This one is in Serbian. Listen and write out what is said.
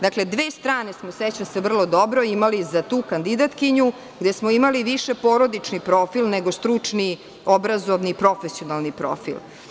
Dakle, dve strane su, sećam se vrlo dobro, imali za tu kandidatkinju, gde smo imali više porodični profil nego stručni, obrazovani, profesionalni profil.